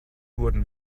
wurden